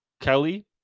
Kelly